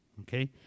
okay